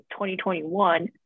2021